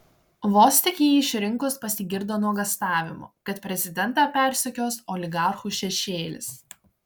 vos tik jį išrinkus pasigirdo nuogąstavimų kad prezidentą persekios oligarchų šešėlis